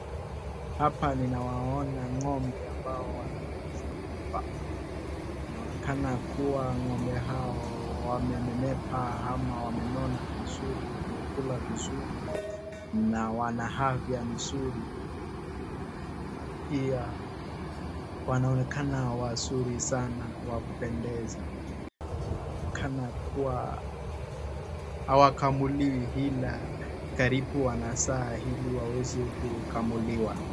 Hapa ninawaona ng'ombe ambao wanalishwa hapa. Inaonekana kuwa ng'ombe hao wamenenepa ama wamenona vizuri, wamekula vizuri na wana afya nzuri. Na pia wanaonekana wazuri sana wa kupendeza. Na inaonekana kuwa hawakamuliwi ila karibu wanazaa ili waweze kukamuliwa.